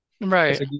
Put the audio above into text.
right